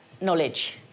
knowledge